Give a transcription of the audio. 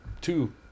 two